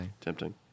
Tempting